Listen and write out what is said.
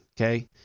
Okay